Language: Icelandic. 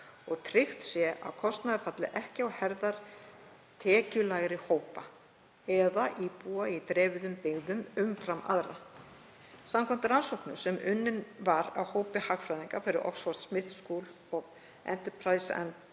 og tryggt sé að kostnaður falli ekki á herðar tekjulægri hópa eða íbúa í dreifðum byggðum umfram aðra. Samkvæmt rannsókn sem unnin var af hópi hagfræðinga fyrir Oxford Smith School of Enterprise